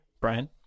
Brian